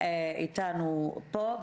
שאתנו פה,